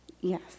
Yes